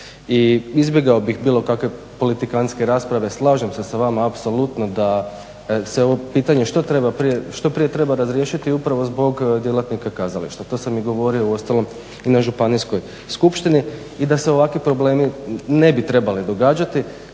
i izbjegao bih bilo kakve politikantske rasprave. slažem se s vama apsolutno da se ovo pitanje što prije treba razriješiti upravo zbog djelatnika kazališta, to sam govorio uostalom i na županijskoj skupštini i da se ovakvi problemi ne bi trebali događati.